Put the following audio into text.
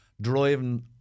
driving